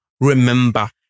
remember